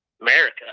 America